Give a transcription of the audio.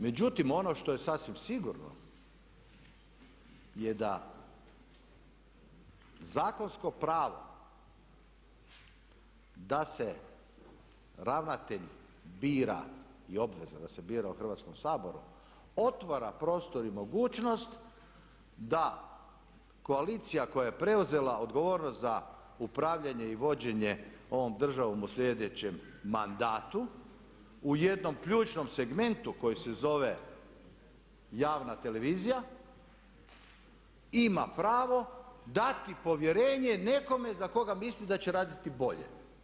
Međutim, ono što je sasvim sigurno je da zakonsko pravo da se ravnatelj bira i obveza da se bira u Hrvatskom saboru otvara prostor i mogućnost da koalicija koja je preuzela odgovornost za upravljanje i vođenje ovom državom u sljedećem mandatu u jednom ključnom segmentu koji se zove javna televizija ima pravo dati povjerenje nekome za koga misli da će raditi bolje.